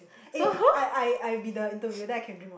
eh I I I be the interview then I can drink water